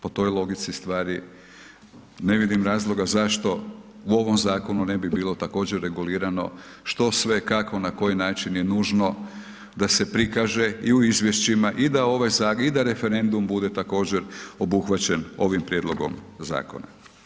Po toj logici stvari ne vidim razloga zašto u ovom zakonu ne bi bilo također regulirano što sve, kako na koji način je nužno da se prikaže i u izvješćima i da ovaj …/nerazumljivo/… i da referendum bude također obuhvaćen ovim prijedlogom zakona.